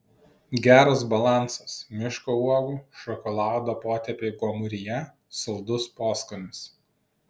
geras balansas miško uogų šokolado potėpiai gomuryje saldus poskonis